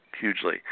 hugely